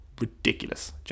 ridiculous